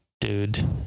dude